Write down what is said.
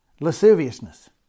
lasciviousness